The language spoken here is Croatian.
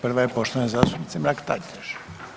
Prva je poštovane zastupnice Mrak Taritaš.